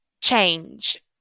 change